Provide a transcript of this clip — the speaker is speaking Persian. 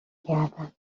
گردن